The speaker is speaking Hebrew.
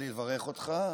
אותך.